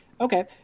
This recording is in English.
Okay